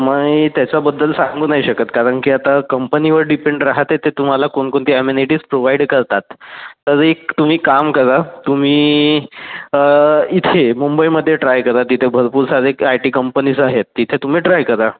मी त्याच्याबद्दल सांगू नाही शकत कारण की आता कंपनीवर डिपेंड राहते ते तुम्हाला कोणकोणती अमेनिटीज प्रोवाइड करतात तरी एक तुम्ही काम करा तुम्ही इथे मुंबईमध्ये ट्राय करा तिथे भरपूर सारे क आय टी कंपनीज आहेत तिथे तुम्ही ट्राय करा